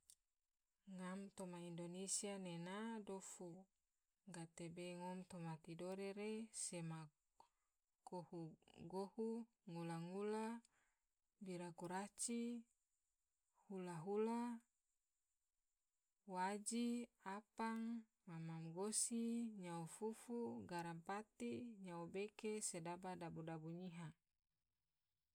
Ngam toma indonesia nena dofu, gatebe ngom toma tidore re sema kohu gohu, ngula ngula, bira kuraci, hula hula, waji, apang, mam mam gosi. nyao fufu, garam pati, nyao beke, sedaba dabu dabu nyiha.